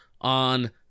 on